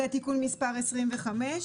זה תיקון מס' 25,